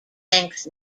banks